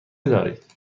دارید